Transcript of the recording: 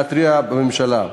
להתריע בפני הממשלה.